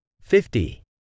fifty